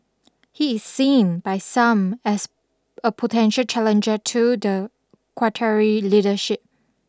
he is seen by some as a potential challenger to the Qwatari leadership